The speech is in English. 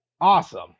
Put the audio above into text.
awesome